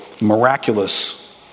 miraculous